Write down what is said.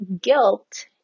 guilt